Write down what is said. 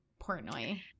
Portnoy